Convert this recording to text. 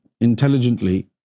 intelligently